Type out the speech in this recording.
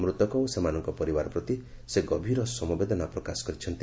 ମୃତକ ଓ ସେମାନଙ୍କ ପରିବାର ପ୍ରତି ସେ ଗଭୀର ସମବେଦନା ପ୍ରକାଶ କରିଛନ୍ତି